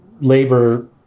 labor